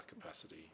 capacity